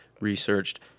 researched